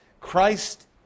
Christ